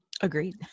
Agreed